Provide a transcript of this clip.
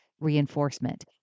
reinforcement